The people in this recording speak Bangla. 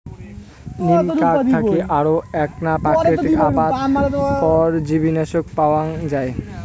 নিম ক্যাক থাকি আরো এ্যাকনা প্রাকৃতিক আবাদ পরজীবীনাশক পাওয়াঙ যাই